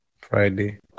Friday